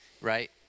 right